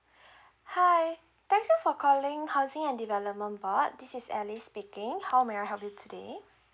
hi thank you for calling housing and development board this is alice speaking how may I help you today